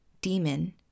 Demon